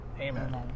amen